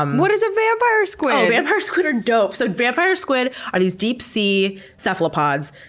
um what is a vampire squid! vampire squid are dope! so vampire squid are these deep sea cephalopods